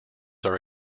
are